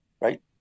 right